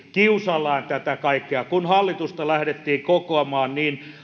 kiusallaan tätä kaikkea kun hallitusta lähdettiin kokoamaan